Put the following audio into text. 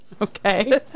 okay